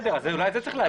אולי את זה צריך להגיד.